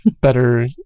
better